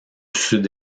sud